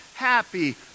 happy